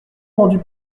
rendues